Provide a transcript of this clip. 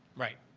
right,